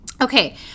Okay